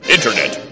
Internet